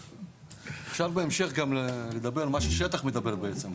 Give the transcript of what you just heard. אפשר בהמשך גם לדבר מה ששטח מדבר בעצם,